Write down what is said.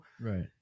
right